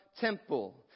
temple